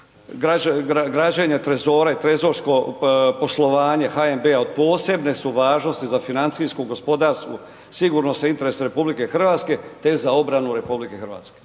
građenja trezora i trezorsko poslovanje HNB-a od posebne su važnost za financijsku, gospodarsku, sigurnost za interes RH, te za obranu RH, e poštovani g.